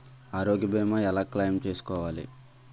ఆరోగ్య భీమా ఎలా క్లైమ్ చేసుకోవాలి?